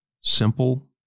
Simple